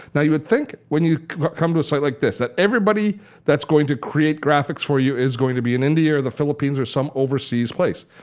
now you would think when you come to a site like this that everybody that's going to create graphics for you is going to be in india or the philippines or some overseas place.